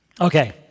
Okay